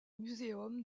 museum